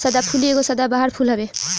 सदाफुली एगो सदाबहार फूल हवे